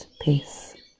peace